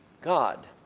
God